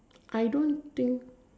I don't think